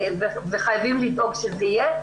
וחייבים לדאוג שזה יהיה,